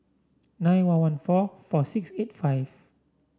nine one one four four six eight five